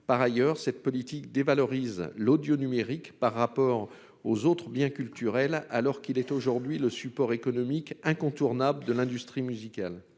par ailleurs cette politique l'Audio numérique par rapport aux autres biens culturels, alors qu'il est aujourd'hui le support économique incontournable de l'industrie musicale,